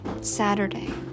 Saturday